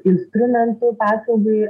instrumentų paslaugai